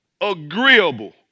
agreeable